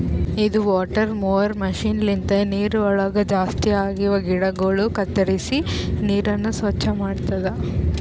ಇದು water mower ಮಷೀನ್ ಲಿಂತ ನೀರವಳಗ್ ಜಾಸ್ತಿ ಆಗಿವ ಗಿಡಗೊಳ ಕತ್ತುರಿಸಿ ನೀರನ್ನ ಸ್ವಚ್ಚ ಮಾಡ್ತುದ